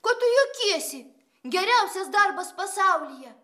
ko tu juokiesi geriausias darbas pasaulyje